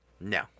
no